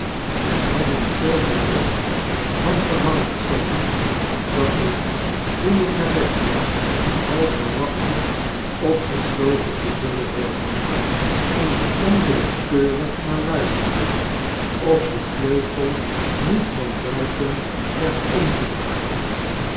en hadden zooveel weg van gevangeniscellen dat ik toen ik naar bed ging half verwachtte opgesloten te zullen worden en er onwillekeurig naar luisterde of de sleutel niet van buiten werd omgedraaid